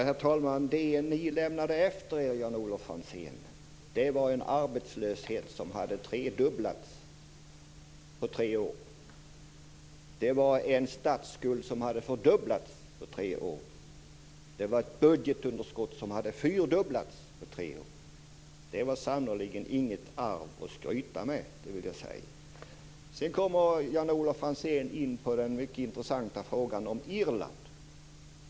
Herr talman! Det den borgerliga regeringen lämnade efter sig, Jan-Olof Franzén, var en arbetslöshet som hade tredubblats på tre år. Det var en statsskuld som hade fördubblats på tre år. Det var ett budgetunderskott som hade fyrdubblats på tre år. Detta var sannerligen inget arv att skryta med. Jan-Olof Franzén kommer in på den mycket intressanta frågan om Irland.